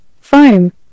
foam